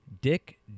Dick